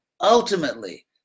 ultimately